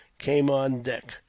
came on deck.